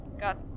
got